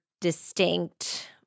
distinct